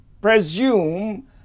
presume